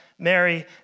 Mary